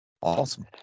Awesome